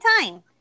time